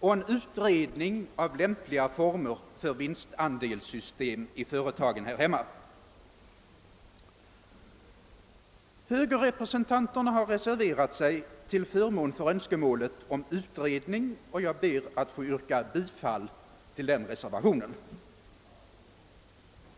och en utredning av lämpliga former för vinstandelssystem i företagen här hemma. Moderata samlingspartiets representanter har reserverat sig till förmån för önskemålet om utredning, och jag ber att få yrka bifall till vår reservation.